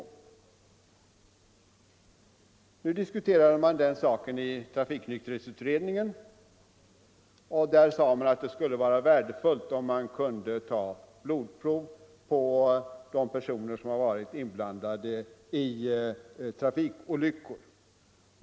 Trafiknykterhetsutredningen, som också diskuterade den här frågan, ansåg att det skulle vara värdefullt om det kunde tas blodprov på de personer som varit inblandade i trafikolycker.